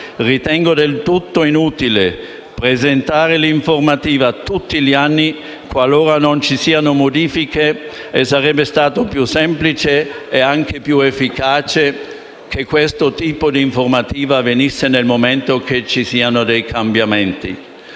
Ritengo del tutto inutile presentare l’informativa tutti gli anni qualora non ci siano modifiche; sarebbe stato più semplice e anche più efficace che questo tipo di informativa avvenisse nel momento in cui vi siano dei cambiamenti.